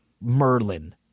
Merlin